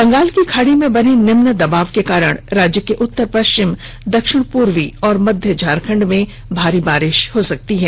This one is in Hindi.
बंगाल की खाड़ी में बने निम्न दबाव के कारण राज्य के उत्तर पश्चिम दक्षिण पूर्वी और मध्य झारखंड में भारी बारिश की चेतावनी है